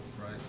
right